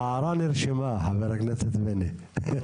ההערה נרשמה, חבר הכנסת בגין.